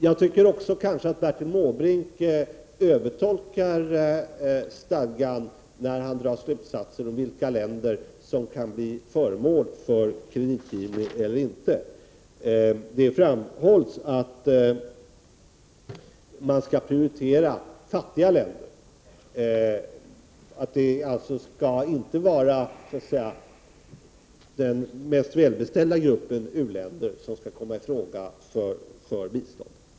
Jag tycker också att Bertil Måbrink övertolkar stadgan, när han drar slutsatser om vilka länder som kan bli föremål för kreditgivning och vilka som inte kan det. Det framhålls att fattiga länder skall prioriteras. Det skall inte vara den mest välbeställda gruppen u-länder som skall komma i fråga för bistånd.